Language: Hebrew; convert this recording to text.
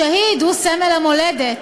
השהיד הוא סמל המולדת.